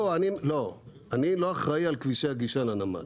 לא, אני לא אחראי על כבישי הגישה לנמל.